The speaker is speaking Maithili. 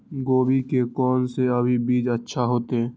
गोभी के कोन से अभी बीज अच्छा होते?